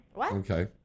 Okay